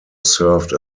served